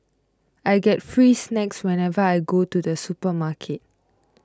I get free snacks whenever I go to the supermarket